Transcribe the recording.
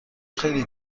خیلی